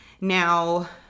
now